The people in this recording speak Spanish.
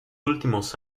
últimos